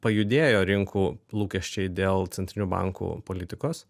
pajudėjo rinkų lūkesčiai dėl centrinių bankų politikos